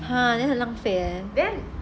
!huh! then 很浪费 eh